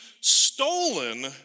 stolen